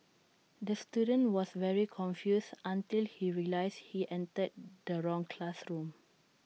the student was very confused until he realised he entered the wrong classroom